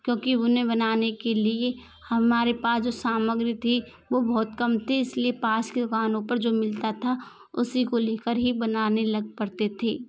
क्योंकि उन्हें बनाने के लिए हमारे पास जो सामग्री थी वो बहुत कम थी इस लिए पास की दुकानों पर जो मिलता था उसी को ले कर ही बनाने लग पढ़ते थे